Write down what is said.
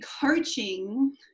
coaching